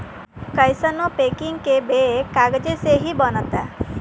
कइसानो पैकिंग के बैग कागजे से ही बनता